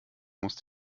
musste